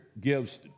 gives